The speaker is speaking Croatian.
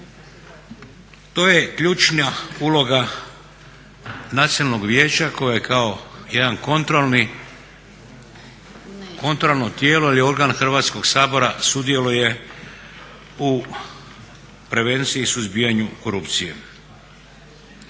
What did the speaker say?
To je ključna uloga Nacionalnog vijeća koje je kao jedno kontrolno tijelo ili organ Hrvatskog sabora sudjeluje u prevenciji i suzbijanju korupcije.